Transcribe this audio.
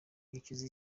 nicuza